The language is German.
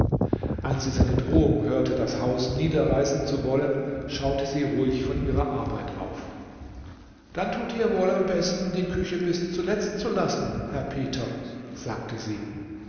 als sie seine drohung hörte das haus niederreißen zu wollen schaute sie ruhig von ihrer arbeit auf dann tut ihr wohl am besten die küche bis zuletzt zu lassen herr peter sagte sie